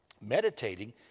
Meditating